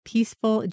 Peaceful